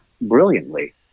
brilliantly